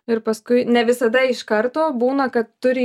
ir paskui ne visada iš karto būna kad turi